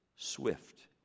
Swift